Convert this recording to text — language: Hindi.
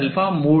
2h